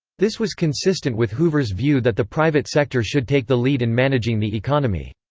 this was consistent with hoover's view that the private sector should take the lead in managing the economy.